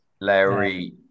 Larry